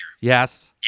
Yes